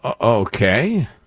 Okay